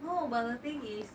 no but the thing is